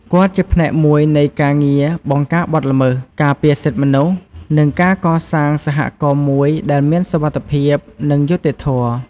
គាត់ជាផ្នែកមួយនៃការងារបង្ការបទល្មើស ការពារសិទ្ធិមនុស្ស និងការកសាងសហគមន៍មួយដែលមានសុវត្ថិភាព និងយុត្តិធម៌។